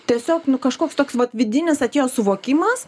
tiesiog nu kažkoks toks vat vidinis atėjo suvokimas